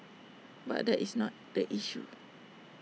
but that is not the issue